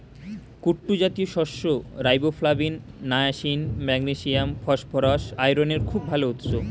কুট্টু জাতীয় শস্য riboflavin, niacin, magnesium, phosphorus, আয়রনের খুব ভাল উৎস